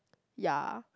ya